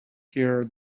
here